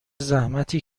زحمتی